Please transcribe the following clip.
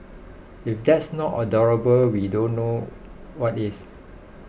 if that's not adorable we don't know what is